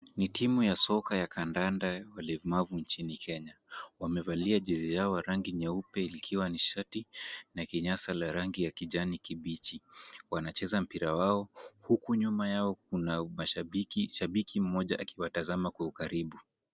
Ni timu ya soka ya kandanda ya walemavu nchini Kenya, wamevalia jezi yao ya rangi nyeupe ikiwa ni shati na kinyasa ya rangi ya kijani kibichi, wanacheza mpira yao, huku nyuma yao kuna mashabiki, shabiki mmoja akiwatazama kwa ukaribu.